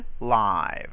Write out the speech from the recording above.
live